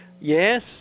Yes